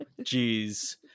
Jeez